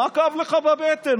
מה כאב לך בבטן?